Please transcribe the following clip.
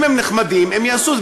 אם הם נחמדים הם יעשו את זה,